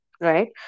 Right